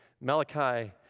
Malachi